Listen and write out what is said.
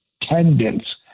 tendons